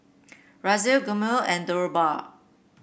Razia Gurmeet and Dhirubhai